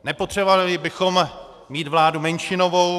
Nepotřebovali bychom mít vládu menšinovou.